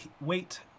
wait